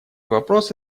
вопрос